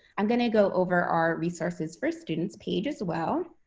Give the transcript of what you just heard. i'm going to go over our resources for students page as well.